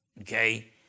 okay